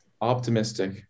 optimistic